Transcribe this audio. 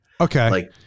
Okay